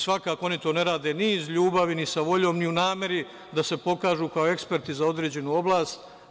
Svakako oni to ne rade ni iz ljubavi, ni sa voljom, ni u nameri da se pokažu kao eksperti za određenu oblasti.